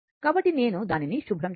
కాబట్టి నేను దానిని శుభ్రం చేస్తాను